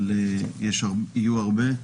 אבל יהיו הרבה,